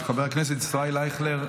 חבר הכנסת ישראל אייכלר,